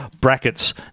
Brackets